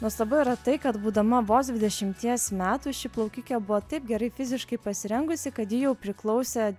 nuostabu yra tai kad būdama vos dvidešimies metų ši plaukikė buvo taip gerai fiziškai pasirengusi kad ji jau priklausė